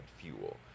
fuel